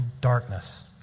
darkness